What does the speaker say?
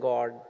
God